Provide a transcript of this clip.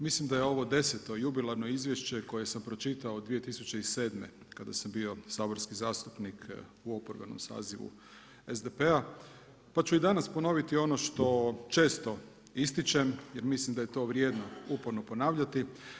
Mislim da je ovo 10. jubilarno izvješće koje sam pročitao od 2007. kada sam bio saborski zastupnik u oporbenom sazivu SDP-a pa ću i danas ponoviti ono što često ističem jer mislim da je to vrijedno uporno ponavljati.